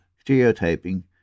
stereotyping